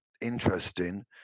interesting